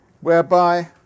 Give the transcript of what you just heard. whereby